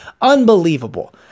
Unbelievable